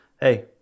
Hey